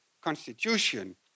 Constitution